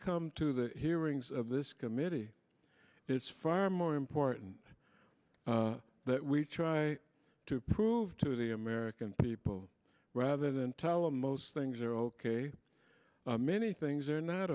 come to the hearings of this committee it's far more important that we try to prove to the american people rather than tell most things are ok many things are not